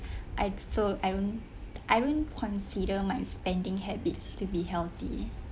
I so I won't I won't consider my spending habits to be healthy